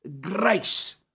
grace